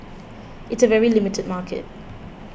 it's a very limited market